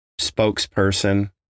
spokesperson